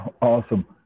awesome